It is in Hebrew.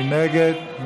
מי נגד?